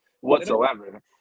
whatsoever